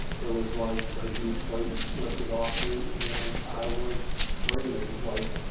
it was like a huge weight lifted off me and i was free. it was like,